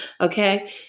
Okay